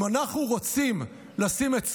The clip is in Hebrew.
אם אנחנו רוצים לשים את צה"ל,